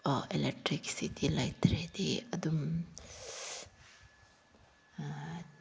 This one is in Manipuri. ꯑꯦꯂꯦꯛꯇ꯭ꯔꯤꯛꯁꯤꯇꯤ ꯂꯩꯇ꯭ꯔꯗꯤ ꯑꯗꯨꯝ